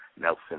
Nelson